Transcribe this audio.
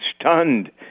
stunned